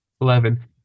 Eleven